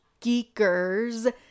Geekers